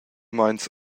meins